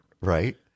Right